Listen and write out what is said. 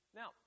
now